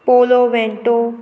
polo vento